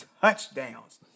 touchdowns